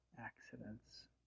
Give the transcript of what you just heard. accidents